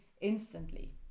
instantly